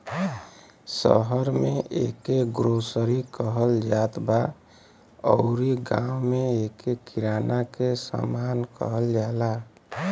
शहर में एके ग्रोसरी कहत जात बा अउरी गांव में एके किराना के सामान कहल जाला